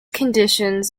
conditions